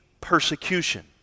persecution